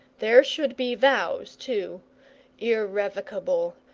there should be vows, too irrevocable,